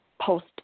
post